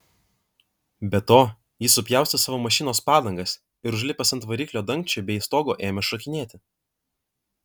be to jis supjaustė savo mašinos padangas ir užlipęs ant variklio dangčio bei stogo ėmė šokinėti